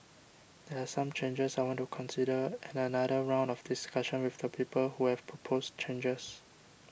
there are some changes I want to consider and another round of discussion with the people who have proposed changes